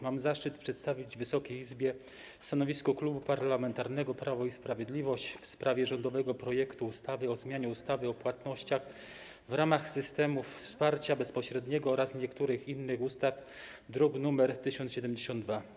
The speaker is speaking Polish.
Mam zaszczyt przedstawić Wysokiej Izbie stanowisko Klubu Parlamentarnego Prawo i Sprawiedliwość w sprawie rządowego projektu ustawy o zmianie ustawy o płatnościach w ramach systemów wsparcia bezpośredniego oraz niektórych innych ustaw, druk nr 1072.